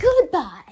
goodbye